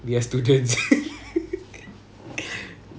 we are students